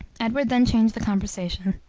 edward then changed the conversation.